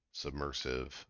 submersive